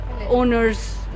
owner's